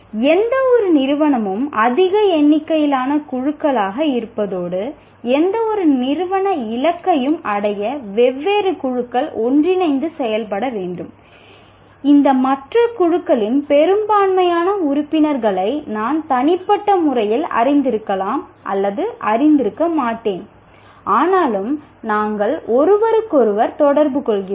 எந்தவொரு நிறுவனமும் அதிக எண்ணிக்கையிலான குழுக்களாக இருப்பதோடு எந்தவொரு நிறுவன இலக்கையும் அடைய வெவ்வேறு குழுக்கள் ஒன்றிணைந்து செயல்பட வேண்டும் இந்த மற்ற குழுக்களின் பெரும்பான்மையான உறுப்பினர்களை நான் தனிப்பட்ட முறையில் அறிந்திருக்கலாம் அல்லது அறிந்திருக்க மாட்டேன் ஆனாலும் நாங்கள் ஒருவருக்கொருவர் தொடர்பு கொள்கிறோம்